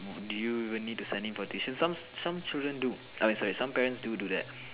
do you even need to send him for tuition some some children do I mean sorry some parents do do that